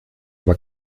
aber